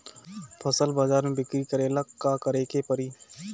फसल बाजार मे बिक्री करेला का करेके परी?